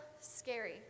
scary